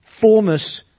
fullness